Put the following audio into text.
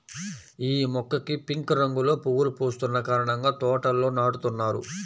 యీ మొక్కకి పింక్ రంగులో పువ్వులు పూస్తున్న కారణంగా తోటల్లో నాటుతున్నారు